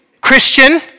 Christian